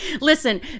listen